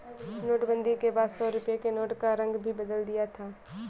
नोटबंदी के बाद सौ रुपए के नोट का रंग भी बदल दिया था